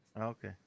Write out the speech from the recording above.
Okay